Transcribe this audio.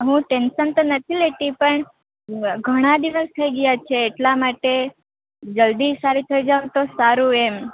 હું ટેન્શન તો નથી લેતી પણ ઘણા દિવસ થઈ ગયા છે એટલા માટે જલ્દી સારુ થઈ જાઉ તો સારુ એમ